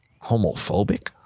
homophobic